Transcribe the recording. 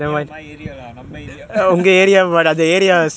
near my area lah நம்ப:namba area